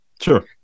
Sure